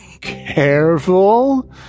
careful